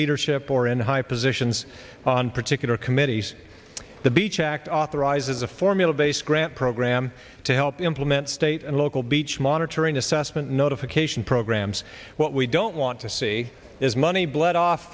leadership or in high positions on particular committees the beach act authorizes a formula based grant program to help implement state and local beach monitoring assessment notification programs what we don't want to see is money bled off